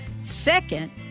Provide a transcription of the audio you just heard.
second